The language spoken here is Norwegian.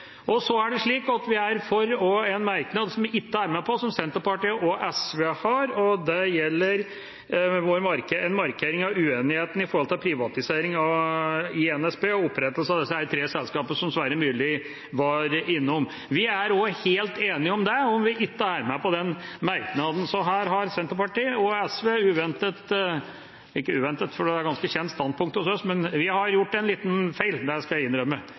Vi er også enig i en merknad som vi ikke er med på, som Senterpartiet og SV har, og det gjelder en markering av uenigheten om privatisering i NSB og opprettelsen av de tre selskapene som Sverre Myrli nevnte. Vi er også helt enig i det, sjøl om vi ikke er med på den merknaden. Her har Senterpartiet og SV uventet blitt stående alene – uventet, for det er et ganske kjent standpunkt hos oss, men vi har gjort en liten feil, det skal jeg innrømme.